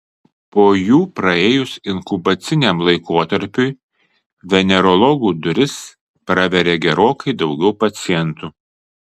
po jų praėjus inkubaciniam laikotarpiui venerologų duris praveria gerokai daugiau pacientų